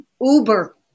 uber